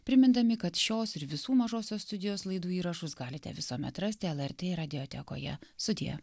primindami kad šios ir visų mažosios studijos laidų įrašus galite visuomet rasti lrt radiotekoje sudie